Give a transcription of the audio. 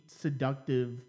seductive